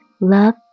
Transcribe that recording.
Love